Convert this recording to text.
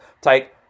take